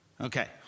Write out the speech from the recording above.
Okay